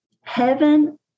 heaven